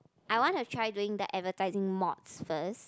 I want to try doing the advertising mods first